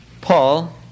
Paul